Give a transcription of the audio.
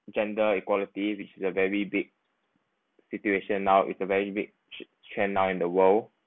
gender equality which is a very big situation now is a very big trend now in the world